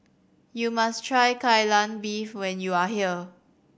you must try Kai Lan Beef when you are here